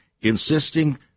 insisting